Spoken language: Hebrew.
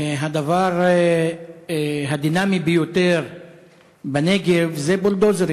הדבר הדינמי ביותר בנגב זה בולדוזרים,